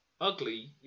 ugly